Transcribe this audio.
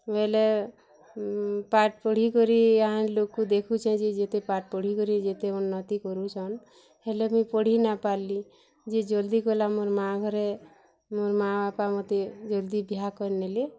ବେଲେ ପାଠ୍ ପଢ଼ିକରି ଗାଁରୁ ଲୋକ୍ କୁ ଦେଖୁଚେ ଯେ ଯେତେ ପାଠ୍ ପଢ଼ିକରି ଯେତେ ଉନ୍ନତି କରୁଛନ୍ ହେଲେ ମୁଇଁ ପଢ଼ି ନାଇ ପାର୍ଲି ଯେ ଜଲ୍ଦି କଲା ଯେ ମୋର୍ ମା ଘରେ ମୋର୍ ମା ବାପା ମତେ ଜଲ୍ଦି ବିହା କରିନେଲେ